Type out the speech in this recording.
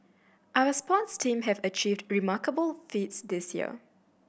our sports teams have achieved remarkable feats this year